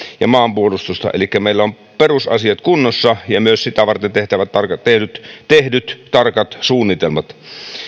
ja maanpuolustusta elikkä meillä on perusasiat kunnossa ja myös sitä varten tehdyt tehdyt tarkat suunnitelmat